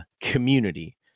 community